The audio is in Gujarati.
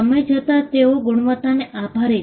સમય જતાં તેઓ ગુણવત્તાને આભારી છે